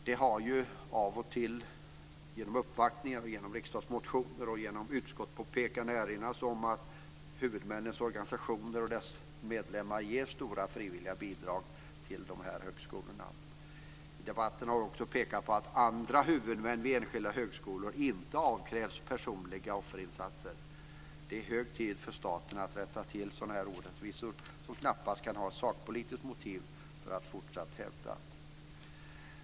Det har av och till genom uppvaktningar, riksdagsmotioner och utskottspåpekanden erinrats om att huvudmännens organisationer och deras medlemmar ger stora frivilliga bidrag till dessa högskolor. I debatten har också pekats på att andra huvudmän vid enskilda högskolor inte avkrävts personliga offerinsatser. Det är hög tid för staten att rätta till sådana orättvisor. Det kan knappast finnas något sakpolitiskt motiv för att hävda något annat.